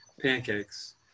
pancakes